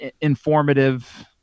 informative